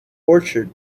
orchard